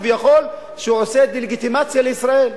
שהוא כביכול עושה דה-לגיטימציה לישראל.